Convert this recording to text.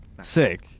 Sick